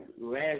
last